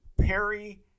Perry